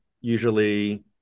usually